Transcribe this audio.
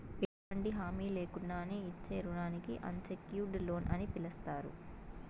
ఎటువంటి హామీ లేకున్నానే ఇచ్చే రుణానికి అన్సెక్యూర్డ్ లోన్ అని పిలస్తారు